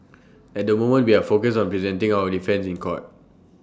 at the moment we are focused on presenting our defence in court